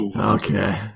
Okay